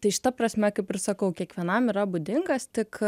tai šita prasme kaip ir sakau kiekvienam yra būdingas tik